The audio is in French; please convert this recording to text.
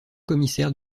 commissaire